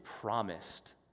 promised